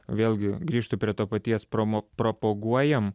vėlgi grįžtu prie to paties promo propaguojam